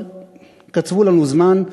אבל קצבו לנו זמן,